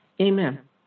Amen